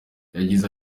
yagize